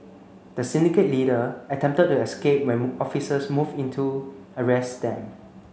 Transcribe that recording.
the syndicate leader attempted to escape when officers moved in to arrest them